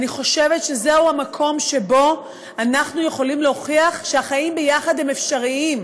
אני חושבת שזהו המקום שבו אנחנו יכולים להוכיח שהחיים יחד הם אפשריים,